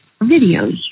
videos